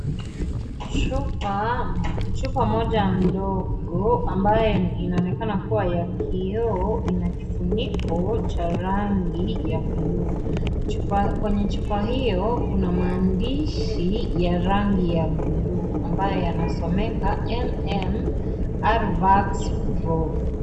Chupa mmoja ndogo ambayo inaonekana kuwa ya kio ina kifuniko cha rangi ya buluu kwenye chupa hiyo kuna maandishi ya rangi ya bluu ambayo yanasomeka "MMR vacs".